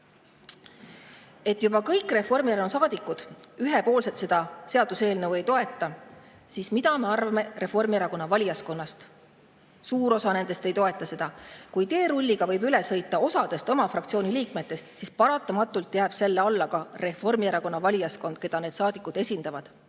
Ka kõik Reformierakonna saadikud ei toeta seda seaduseelnõu ühe[mõtteliselt]. Mida me siis arvame Reformierakonna valijaskonnast? Suur osa nendest ei toeta seda. Kui teerulliga võib üle sõita osast oma fraktsiooni liikmetest, siis paratamatult jääb selle alla ka Reformierakonna valijaskond, keda need saadikud esindavad.